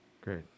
Great